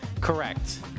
Correct